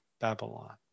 Babylon